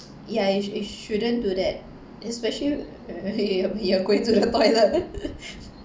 ya it should it shouldn't do that especially when you are when you are going to the toilet